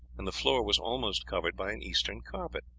and the floor was almost covered by an eastern carpet.